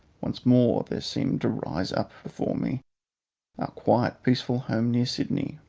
once more there seemed to rise up before me our quiet peaceful home near sydney,